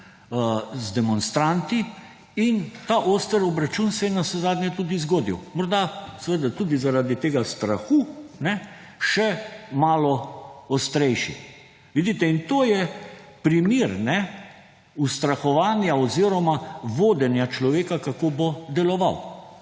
z demonstranti. In ta oster obračun se je navsezadnje tudi zgodil. Morda seveda tudi zaradi tega strahu še malo ostrejši. In to je primer ustrahovanja oziroma vodenja človeka, kako bo deloval.